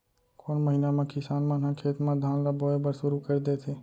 कोन महीना मा किसान मन ह खेत म धान ला बोये बर शुरू कर देथे?